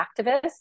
activists